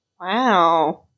Wow